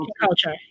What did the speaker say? culture